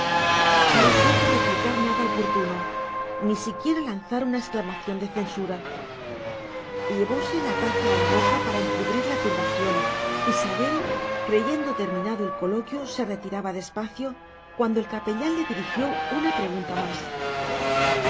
no supo replicar nada oportuno ni siquiera lanzar una exclamación de censura llevóse la taza a la boca para encubrir la turbación y sabel creyendo terminado el coloquio se retiraba despacio cuando el capellán le dirigió una pregunta más